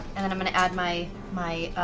and i'm going to add my my